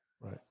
Right